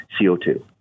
co2